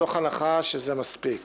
מתוך הנחה שזה מספיק.